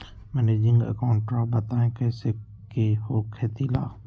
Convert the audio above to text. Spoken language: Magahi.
मैनेजिंग अकाउंट राव बताएं कैसे के हो खेती ला?